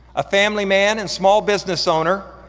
a family man and small business owner,